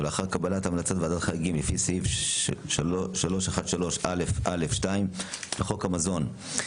ולאחר קבלת המלצת ועדת החריגים לפי סעיף 313א(א)(2) לחוק המזון,